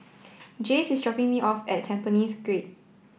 Jayce is dropping me off at Tampines Grande